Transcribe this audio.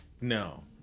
No